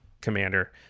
commander